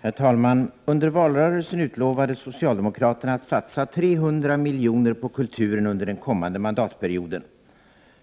Herr talman! Under valrörelsen utlovade socialdemokraterna att satsa 300 miljoner på kulturen under den kommande mandatperioden.